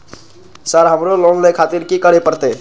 Sir हमरो loan ले खातिर की करें परतें?